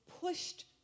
pushed